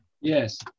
Yes